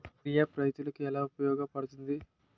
Agri app రైతులకి ఏలా ఉపయోగ పడుతుంది?